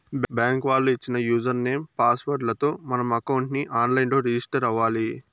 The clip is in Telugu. బ్యాంకు వాళ్ళు ఇచ్చిన యూజర్ నేమ్, పాస్ వర్డ్ లతో మనం అకౌంట్ ని ఆన్ లైన్ లో రిజిస్టర్ అవ్వాలి